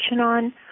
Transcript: on